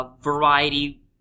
variety